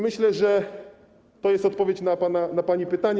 Myślę, że to jest odpowiedź na pani pytanie.